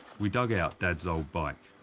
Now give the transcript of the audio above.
we dug out dad's old bike.